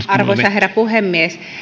arvoisa herra puhemies